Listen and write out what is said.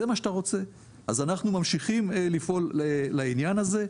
אז אנחנו ממשיכים לפעול לעניין הזה.